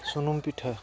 ᱥᱩᱱᱩᱢ ᱯᱤᱴᱷᱟ